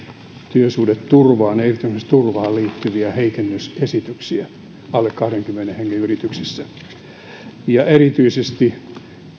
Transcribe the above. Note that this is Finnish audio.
työsuhdeturvaan ja irtisanomisturvaan liittyviä heikennysesityksiä alle kahdenkymmenen hengen yrityksissä erityisesti